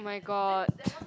oh-my-god